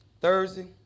Thursday